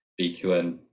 BQN